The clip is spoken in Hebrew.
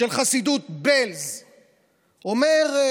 אומר: